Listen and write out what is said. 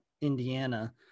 indiana